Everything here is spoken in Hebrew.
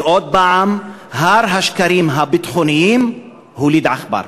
ועוד פעם הר השקרים הביטחוניים הוליד עכבר.